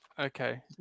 Okay